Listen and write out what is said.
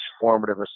formative